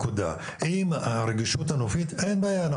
עם הרגישות הנופית אין בעיה.